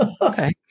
Okay